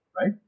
Right